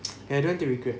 ya I don't want to regret